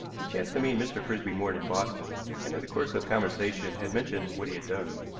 he chanced to meet mr. frisby morton in boston, and in the course of conversation had mentioned what he had done.